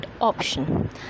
option